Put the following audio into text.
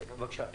בבקשה, איתי.